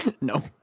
no